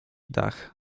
dach